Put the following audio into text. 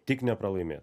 tik nepralaimėt